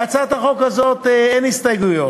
להצעת חוק זו אין הסתייגויות,